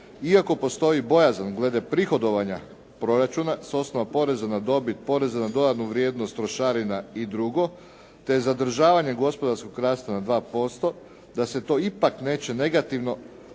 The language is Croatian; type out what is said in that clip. iako postoji bojazan glede prihodovanja proračuna s osnova poreza na dobit, poreza na dodatnu vrijednost, trošarina i drugo, te zadržavanje gospodarskog rasta na 2%, da se to ipak neće negativno